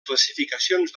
classificacions